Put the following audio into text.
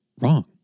wrong